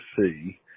see